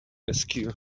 askew